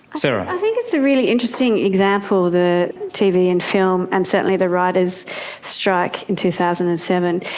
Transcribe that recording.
so i think it's a really interesting example, the tv and film and certainly the writers' strike in two thousand and seven,